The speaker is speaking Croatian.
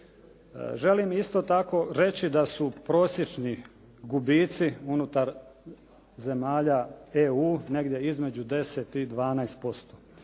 Želim isto tako reći da su prosječni gubici unutar zemalja EU negdje između 10 i 12%.